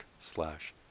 slash